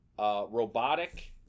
Robotic